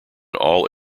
all